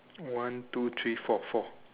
one two three four four